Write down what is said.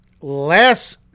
Less